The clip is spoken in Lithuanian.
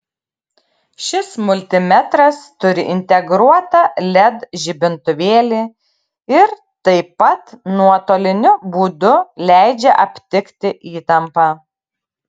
šis multimetras turi integruotą led žibintuvėlį ir taip pat nuotoliniu būdu leidžia aptikti įtampą